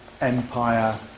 empire